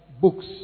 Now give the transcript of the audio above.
books